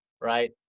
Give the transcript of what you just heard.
right